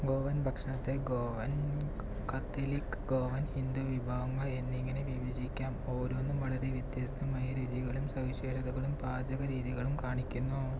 ഗോവൻ ഭക്ഷണത്തെ ഗോവൻ കാത്തലിക് ഗോവൻ ഹിന്ദു വിഭവങ്ങൾ എന്നിങ്ങനെ വിഭജിക്കാം ഓരോന്നും വളരെ വ്യത്യസ്തമായ രുചികളും സവിശേഷതകളും പാചക രീതികളും കാണിക്കുന്നു